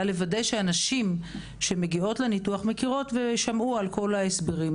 היה לוודא שהנשים שמגיעות לניתוח מכירות ושמעו את כל ההסברים.